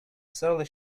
surly